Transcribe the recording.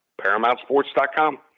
ParamountSports.com